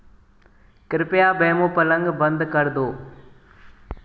कृपया बेमो प्लंग बंद कर दो